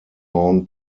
sean